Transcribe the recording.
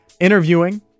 interviewing